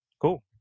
cool